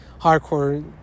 Hardcore